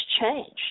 changed